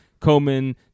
Komen